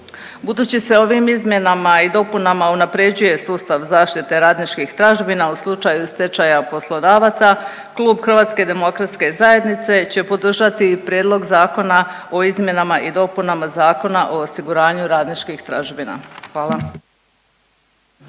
Budući se ovim izmjenama i dopunama unaprjeđuje sustav zaštite radničkih tražbina u slučaju stečaja poslodavaca Klub HDZ-a će podržati i Prijedlog Zakona o izmjenama i dopunama Zakona o osiguranju radničkih tražbina. Hvala.